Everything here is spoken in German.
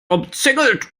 umzingelt